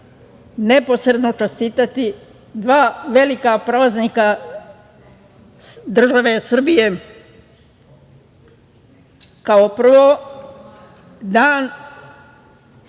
neposredno čestitati dva velika praznika države Srbije. Prvo, Dan